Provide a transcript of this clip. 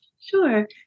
Sure